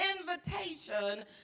invitation